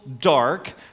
dark